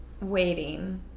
waiting